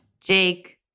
Jake